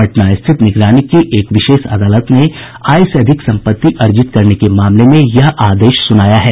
पटना स्थित निगरानी की एक विशेष अदालत ने आय से अधिक सम्पत्ति अर्जित करने के मामले में यह आदेश सुनाया है